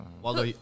Waldo